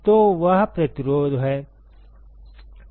तो वह प्रतिरोध है